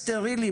הסטרילי,